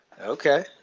okay